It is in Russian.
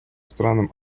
странам